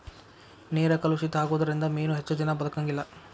ನೇರ ಕಲುಷಿತ ಆಗುದರಿಂದ ಮೇನು ಹೆಚ್ಚದಿನಾ ಬದಕಂಗಿಲ್ಲಾ